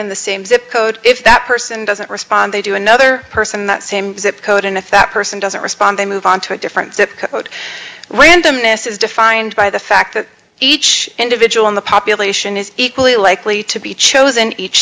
in the same zip code if that person doesn't respond they do another person in that same zip code and if that person doesn't respond they move on to a different zip code when dimness is defined by the fact that each individual in the population is equally likely to be chosen each